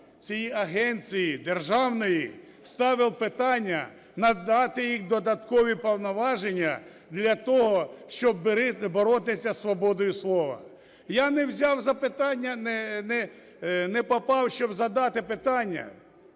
цієї агенції державної ставив питання надати і додаткові повноваження для того, щоб боротися з свободою слова? Я не взяв запитання,